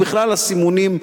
ובכלל בנושא הסימונים.